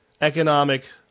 economic